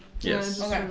Yes